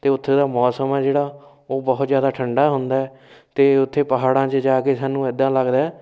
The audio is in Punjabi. ਅਤੇ ਉੱਥੇ ਦਾ ਮੌਸਮ ਹੈ ਜਿਹੜਾ ਉਹ ਬਹੁਤ ਜ਼ਿਆਦਾ ਠੰਡਾ ਹੁੰਦਾ ਅਤੇ ਉੱਥੇ ਪਹਾੜਾਂ 'ਚ ਜਾ ਕੇ ਸਾਨੂੰ ਇੱਦਾਂ ਲੱਗਦਾ